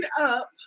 up